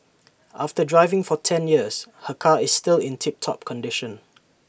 after driving for ten years her car is still in tip top condition